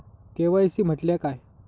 KYC म्हटल्या काय?